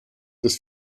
des